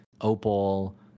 Opal